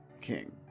King